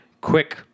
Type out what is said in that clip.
quick